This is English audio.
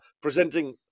presenting